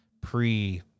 Pre